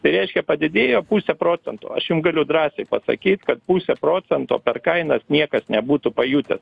tai reiškia padidėjo puse procento aš jum galiu drąsiai pasakyt kad pusė procento per kainas niekas nebūtų pajutęs